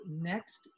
next